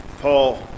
Paul